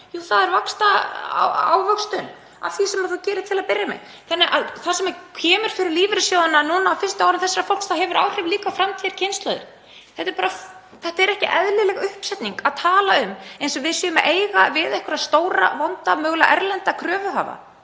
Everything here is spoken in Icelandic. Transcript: Jú, það er ávöxtun af því sem þú gerir til að byrja með. Þannig að það sem kemur fyrir lífeyrissjóðina núna á fyrstu árum lífeyrisgreiðslna þessa fólks hefur líka áhrif á framtíðarkynslóðir. Þetta er ekki eðlileg uppsetning að tala eins og við séum að eiga við einhverja stóra, vonda, mögulega erlenda kröfuhafa.